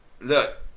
look